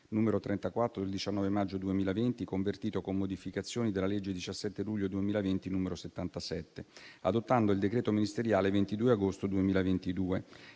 n. 34 del 19 maggio 2020, convertito con modificazioni dalla legge 17 luglio 2020, n. 77, adottando il decreto ministeriale 22 agosto 2022,